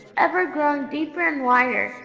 ever growing deeper and wider,